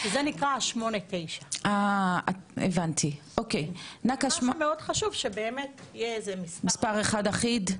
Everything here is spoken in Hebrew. זה 8/9. חשוב שיהיה מספר אחיד.